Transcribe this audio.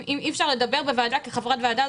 אם אי אפשר לדבר בוועדה כחברת ועדה,